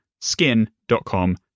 skin.com